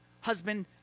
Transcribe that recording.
husband